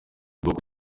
bwoko